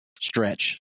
stretch